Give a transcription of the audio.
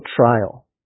trial